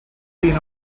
been